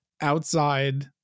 outside